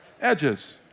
edges